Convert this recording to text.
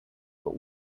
but